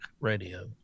radio